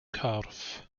corff